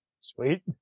Sweet